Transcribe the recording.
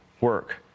work